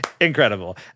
incredible